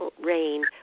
rain